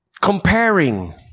comparing